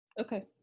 Okay